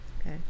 Okay